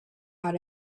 out